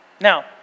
Now